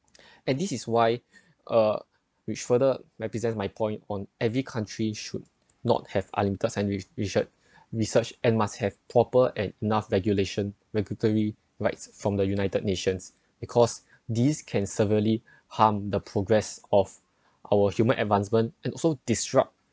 and this is why uh which further represents my point on every country should not have unlimited science research research and must have proper and enough regulation regulatory rights from the united nations because these can severely harm the progress of our human advancement and also disrupt